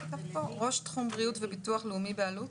ראש תחום ביטוח לאומי ובריאות באלו"ט.